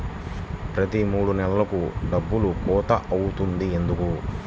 ప్రతి మూడు నెలలకు డబ్బులు కోత అవుతుంది ఎందుకు?